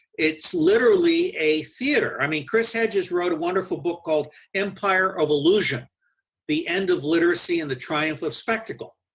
it's literally a theatre, i mean chris hedges wrote a wonderful book called empire of illusion the end of literacy and the triumph of spectacle.